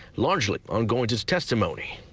largely on going just testimony.